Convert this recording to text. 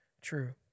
true